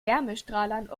wärmestrahlern